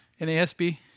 NASB